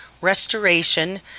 restoration